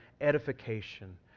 edification